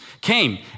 came